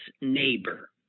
neighbor